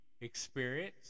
experience